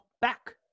back